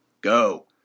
go